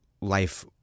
life